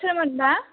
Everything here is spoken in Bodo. सोरमोनबा